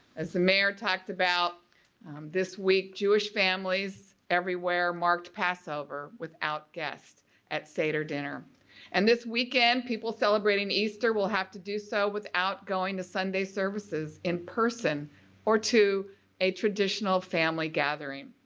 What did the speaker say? as the mayor talked about this week jewish families everywhere marked passover without guest at seder dinner and this weekend people celebrating easter will have to do so without going to sunday services in person or to a traditional family gathering.